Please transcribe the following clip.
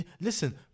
listen